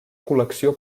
col·lecció